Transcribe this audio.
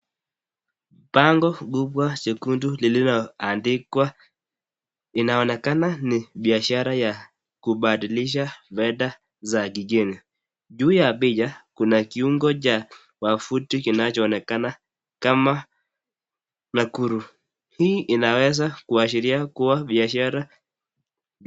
Bango kubwa jekundu lililoandikwa, inaonekana ni biashara ya kubadilisha fedha za kigeni. Juu ya hii ya picha, kuna kiungo cha wavuti kinacho onekana kama Nakuru. Hii inaweza kuashiria kuwa biashara